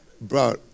brought